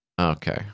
Okay